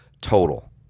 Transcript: total